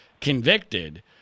convicted